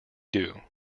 doo